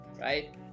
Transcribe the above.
right